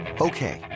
Okay